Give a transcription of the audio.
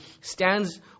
stands